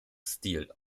stil